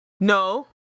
no